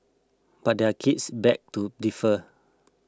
but their kids beg to differ